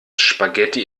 spaghetti